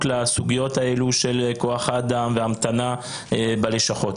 לסוגיות האלה של כוח האדם וההמתנה בלשכות.